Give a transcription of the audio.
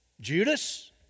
Judas